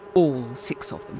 all six of